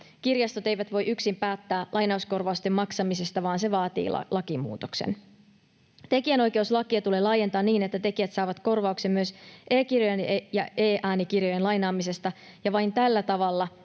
Kirjastot eivät voi yksin päättää lainauskorvausten maksamisesta, vaan se vaatii lakimuutoksen. Tekijänoikeuslakia tulee laajentaa niin, että tekijät saavat korvauksen myös e-kirjojen ja e-äänikirjojen lainaamisesta, ja vain tällä tavalla